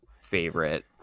favorite